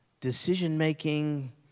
decision-making